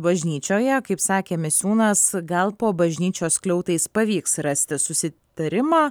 bažnyčioje kaip sakė misiūnas gal po bažnyčios skliautais pavyks rasti susitarimą